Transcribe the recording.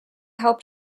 helped